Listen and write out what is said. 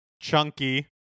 Chunky